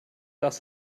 das